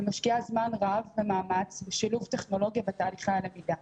ומשקיעה זמן רב ומאמץ בשילוב טכנולוגיה בתהליכי הלמידה.